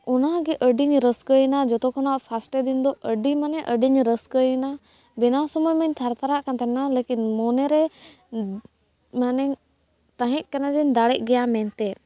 ᱟᱱᱟᱜᱮ ᱟᱹᱰᱤᱧ ᱨᱟᱹᱥᱠᱟᱹᱭᱮᱱᱟ ᱡᱚᱛᱚ ᱠᱷᱚᱱᱟᱜ ᱯᱷᱟᱥᱴᱮ ᱫᱤᱱ ᱫᱚ ᱟᱹᱰᱤ ᱢᱟᱱᱮ ᱟᱹᱰᱤᱧ ᱨᱟᱹᱥᱠᱟᱹᱭᱮᱱᱟ ᱵᱮᱱᱟᱣ ᱥᱚᱢᱚᱭᱢᱟᱧ ᱛᱷᱟᱨ ᱛᱷᱟᱨᱟᱜ ᱠᱟᱱ ᱛᱟᱦᱮᱱᱟᱞᱮᱠᱤᱱ ᱢᱚᱱᱮᱨᱮ ᱢᱟᱱᱮᱧ ᱛᱟᱦᱮᱜ ᱠᱟᱱᱟ ᱡᱮ ᱫᱟᱲᱮᱜ ᱜᱮᱭᱟ ᱢᱮᱱᱛᱮ